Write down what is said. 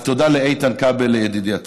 אז תודה לאיתן כבל, ידידי הטוב.